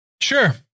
Sure